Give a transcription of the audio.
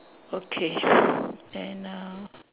okay then uh